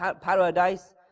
paradise